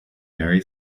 very